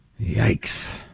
Yikes